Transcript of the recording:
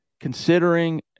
Considering